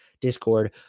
discord